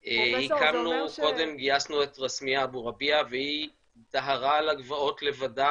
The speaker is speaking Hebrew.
קודם גייסנו את רסמיה אבו רביע והיא דהרה על הגבעות לבדה